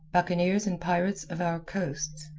buccaneers and pirates of our coasts,